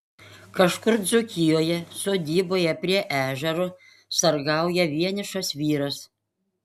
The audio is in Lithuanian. kažkur dzūkijoje sodyboje prie ežero sargauja vienišas vyras